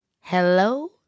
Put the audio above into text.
Hello